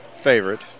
favorite